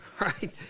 Right